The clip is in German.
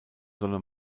solle